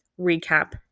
recap